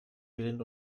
gelehnt